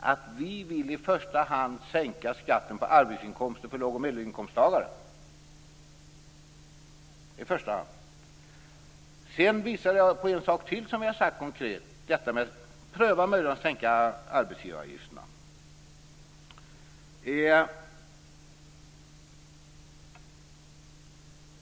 att vi i första hand vill sänka skatten på arbetsinkomster för låg och medelinkomsttagare. Sedan nämnde jag en sak till där jag sagt något konkret, detta med att pröva möjligheten att sänka arbetsgivaravgifterna.